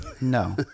No